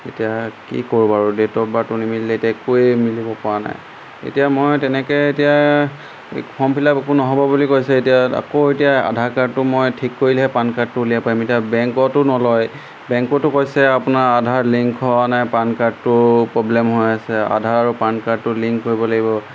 এতিয়া কি কৰোঁ বাৰু ডেট অফ বাৰটো নিমিলিলে এতিয়া একোৱে মিলিব পৰা নাই এতিয়া মই তেনেকৈ এতিয়া ফৰ্ম ফিলাপ একো নহ'ব বুলি কৈছে এতিয়া আকৌ এতিয়া আধাৰ কাৰ্ডটো মই ঠিক কৰিলেহে পান কাৰ্ডটো উলিয়াই পাৰিম এতিয়া বেংকতো নলয় বেংকতো কৈছে আপোনাৰ আধাৰ লিংক হোৱা নাই পান কাৰ্ডটো প্ৰব্লেম হৈ আছে আধাৰ আৰু পান কাৰ্ডটো লিংক কৰিব লাগিব